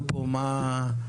היום.